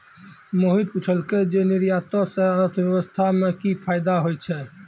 मोहित पुछलकै जे निर्यातो से अर्थव्यवस्था मे कि फायदा होय छै